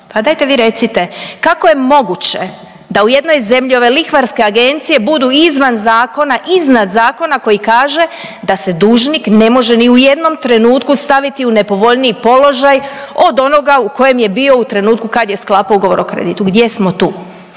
pa dajte vi recite, kako je moguće da u jednoj zemlji ove lihvarske agencije budu izvan zakona, iznad zakona koji kaže da se dužnik ne može ni u jednom trenutku staviti u nepovoljniji položaj od onoga u kojem je bio u trenutku kad je sklapao ugovor o kreditu. Gdje smo tu?